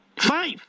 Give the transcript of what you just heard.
Five